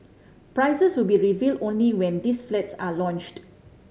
prices will be revealed only when these flats are launched